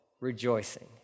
rejoicing